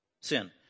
sin